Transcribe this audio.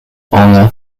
honor